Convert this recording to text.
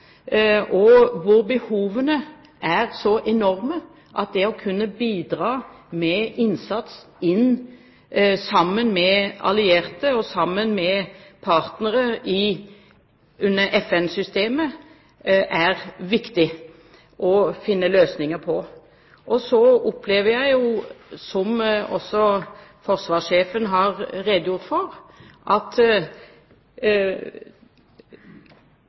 og behovene så enorme, at det er viktig å finne løsninger på hvordan man kan bidra med innsats sammen med allierte og sammen med partnere under FN-systemet. Så opplever jeg, som også forsvarssjefen har redegjort for, at